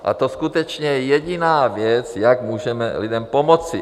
A to skutečně je jediná věc, jak můžeme lidem pomoci.